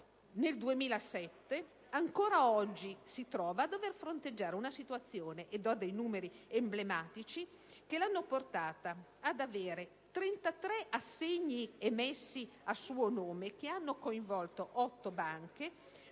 nel 2007, ancora oggi si trova a dover fronteggiare una situazione (e fornisco al riguardo numeri emblematici) che l'ha portata ad avere 33 assegni emessi a suo nome che hanno coinvolto otto banche,